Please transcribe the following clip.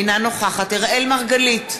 אינה נוכחת אראל מרגלית,